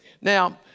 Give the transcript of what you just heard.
Now